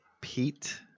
Pete